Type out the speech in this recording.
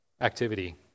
activity